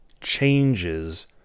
changes